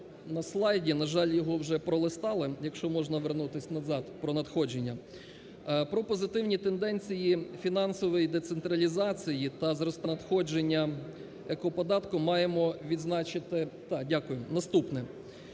на слайді, на жаль, його вже пролистали, якщо можна вернутись назад, про надходження. Про позитивні тенденції фінансової децентралізації та зростання надходження екоподатку маємо відзначити… Так,